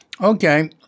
Okay